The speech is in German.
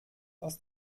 aus